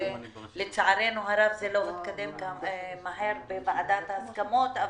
ולצערנו הרב זה לא התקדם מהר בוועדת ההסכמות,